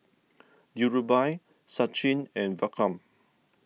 Dhirubhai Sachin and Vikram